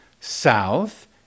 south